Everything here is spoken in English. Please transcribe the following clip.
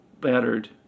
battered